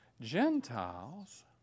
Gentiles